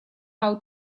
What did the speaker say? how